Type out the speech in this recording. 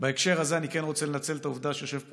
בהקשר הזה אני רוצה לנצל את העובדה שיושבים